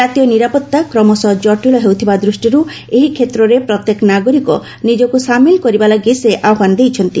ଜାତୀୟ ନିରାପତ୍ତା କ୍ରମଶଃ ଜଟିଳ ହେଉଥିବା ଦୃଷ୍ଟିରୁ ଏହି କ୍ଷେତ୍ରରେ ପ୍ରତ୍ୟେକ ନାଗରିକ ନିଜକୁ ସାମିଲ କରିବା ଲାଗି ସେ ଆହ୍ପାନ ଦେଇଛନ୍ତି